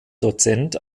dozent